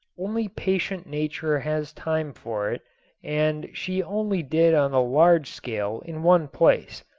only patient nature has time for it and she only did on a large scale in one place,